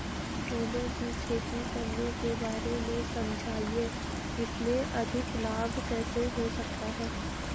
फूलों की खेती करने के बारे में समझाइये इसमें अधिक लाभ कैसे हो सकता है?